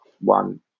One